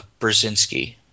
Brzezinski